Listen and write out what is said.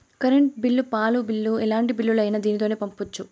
current bill పాల bill ఎలాంటి బిల్లులైనా దీనితోనే పంపొచ్చు